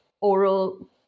oral